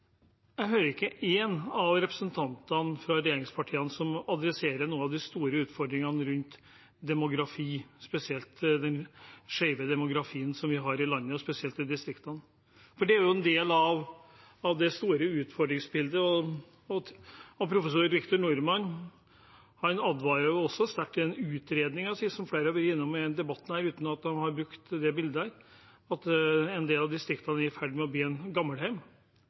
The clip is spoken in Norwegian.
Jeg hører likevel ikke én av representantene fra regjeringspartiene ta opp noen av de store utfordringene rundt demografi, spesielt den skjeve demografien som vi har i landet, og spesielt i distriktene, for det er jo en del av det store utfordringsbildet. Professor Victor Norman advarer også sterkt i utredningen sin, som flere har vært innom i denne debatten, uten at de har brukt det bildet, om at en del av distriktene er i ferd med å bli et gamlehjem. Jeg klarer ikke å se i den reverseringsiveren hvordan en